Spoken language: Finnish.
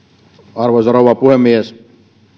arvoisa rouva puhemies